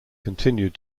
continued